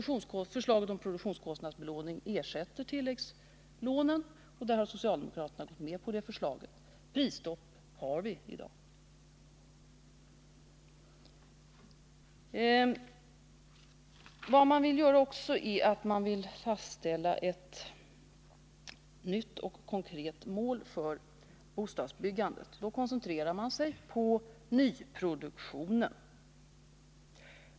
Förslaget om produktionskostnadsbelåning ersätter tilläggslånen, och socialdemokraterna har gått med på det förslaget. Prisstopp har vi i dag. Socialdemokraterna vill också fastställa ett nytt och konkret mål för bostadsbyggandet. Då koncentrerar de sig på nyproduktionen.